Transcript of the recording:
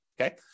okay